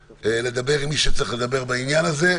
לדבר עם מי שצריך לדבר בעניין הזה.